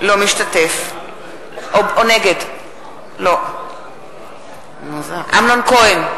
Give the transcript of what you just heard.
אינו משתתף בהצבעה אמנון כהן,